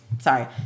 sorry